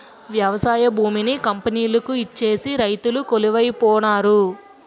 వ్యవసాయ భూమిని కంపెనీలకు ఇచ్చేసి రైతులు కొలువై పోనారు